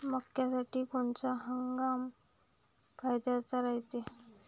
मक्क्यासाठी कोनचा हंगाम फायद्याचा रायते?